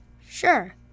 Sure